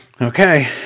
Okay